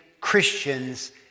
Christians